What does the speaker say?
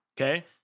Okay